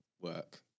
work